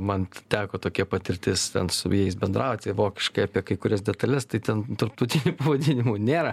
man teko tokia patirtis ten su jais bendrauti vokiškai apie kai kurias detales tai ten tarptautinių pavadinimų nėra